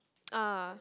ah